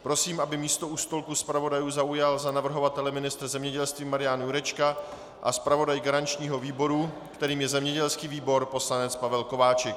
Prosím, aby místo u stolku zpravodajů zaujal za navrhovatele ministr zemědělství Marián Jurečka a zpravodaj garančního výboru, kterým je zemědělský výbor, poslanec Pavel Kováčik.